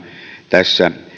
tässä